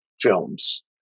films